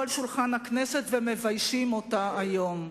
על שולחן הכנסת ומביישים אותה היום.